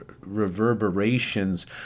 reverberations